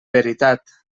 veritat